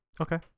Okay